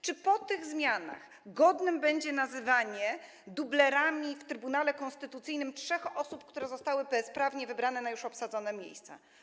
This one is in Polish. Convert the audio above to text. Czy po tych zmianach godne będzie nazywanie dublerami w Trybunale Konstytucyjnym trzech osób, które zostały bezprawnie wybrane na już obsadzone miejsca?